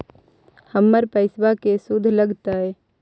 हमर पैसाबा के शुद्ध लगतै?